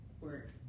work